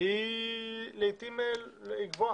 היא גבוהה.